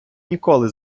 ніколи